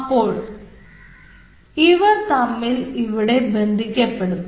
അപ്പോൾ ഇവർ തമ്മിൽ ഇവിടെ ബന്ധപ്പെടും